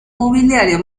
mobiliario